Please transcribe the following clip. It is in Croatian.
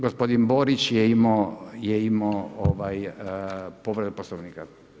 Gospodin Borić je imao povredu Poslovnika.